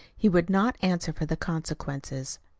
he would not answer for the consequences.